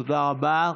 תודה רבה.